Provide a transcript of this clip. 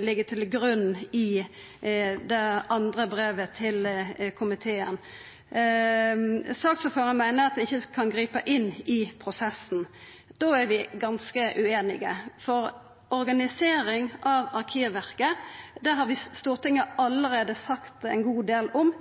ligg til grunn i det andre brevet til komiteen. Saksordføraren meiner at vi ikkje kan gripa inn i prosessen. Då er vi ganske ueinige. Organisering av Arkivverket har Stortinget allereie sagt ein god del om